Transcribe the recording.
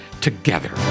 together